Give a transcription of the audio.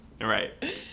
Right